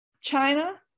China